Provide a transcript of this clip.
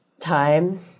time